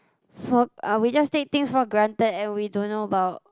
for ah we just take things for granted and we don't know about